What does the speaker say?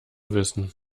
wissen